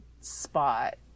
spot